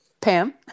Pam